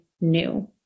new